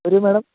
വരൂ മേഡം